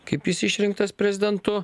kaip jis išrinktas prezidentu